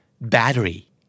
Battery